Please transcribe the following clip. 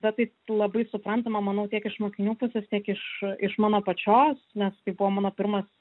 bet tai labai suprantama manau tiek iš mokinių pusės tiek iš iš mano pačios nes tai buvo mano pirmas